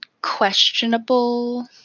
questionable